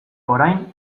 orain